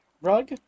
rug